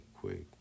quick